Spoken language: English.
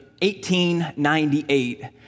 1898